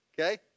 okay